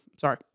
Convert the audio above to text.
Sorry